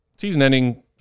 Season-ending